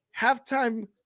Halftime